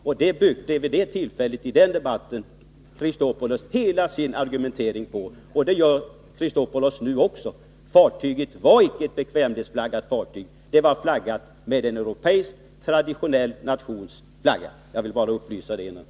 På detta byggde Alexander Chrisopoulos hela sin argumentering i finansdebatten. Det gör Alexander Chrisopoulos också nu. Fartyget var icke bekvämlighetsflaggat, utan det var flaggat med en europeisk traditionell nationsflagga. Jag ville bara upplysa om detta.